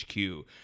HQ